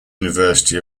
university